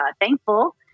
thankful